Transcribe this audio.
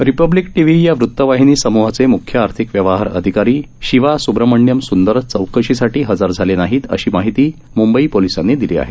Republic TV या वृतवाहिनी सम्हाचे मुख्य आर्थिक व्यवहार अधिकारी शिवा सुंब्रमणिअम सुंदरम चौकशीसाठी हजर झाले नाहीत अशी माहिती मुंबई पोलीसांनी दिली आहे